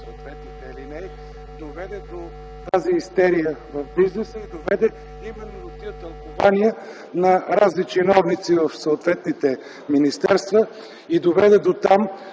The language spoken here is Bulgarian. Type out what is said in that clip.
съответните алинеи доведе до тази истерия в бизнеса и именно до тези тълкувания на разни чиновници в съответните министерства. Доведе и дотам,